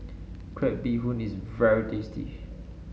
Crab Bee Hoon is very tasty